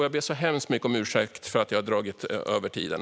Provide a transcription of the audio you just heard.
Jag ber så hemskt mycket om ursäkt för att jag har dragit över tiden.